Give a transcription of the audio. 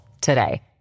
today